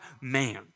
man